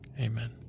Amen